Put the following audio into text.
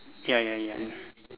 ya ya ya